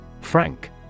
Frank